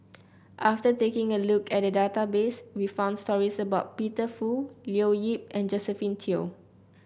after taking a look at the database we found stories about Peter Fu Leo Yip and Josephine Teo